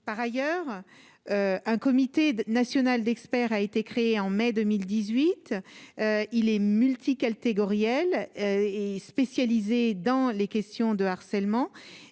par ailleurs, un comité national d'experts a été créé en mai 2018 il est multi-elle t'elle est spécialisée dans les questions de harcèlement